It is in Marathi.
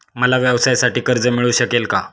मला व्यवसायासाठी कर्ज मिळू शकेल का?